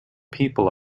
people